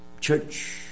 church